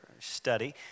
study